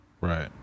right